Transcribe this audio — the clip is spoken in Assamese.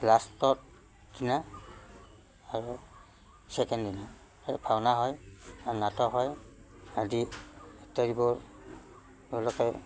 লাষ্টত দিনা আৰু ছেকেণ্ড দিনা সেই ভাওনা হয় আৰু নাটক হয় আদি ইত্যাদিবোৰ তেওঁলোকে